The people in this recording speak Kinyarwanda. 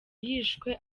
yishwe